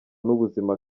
n’ubuzima